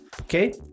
Okay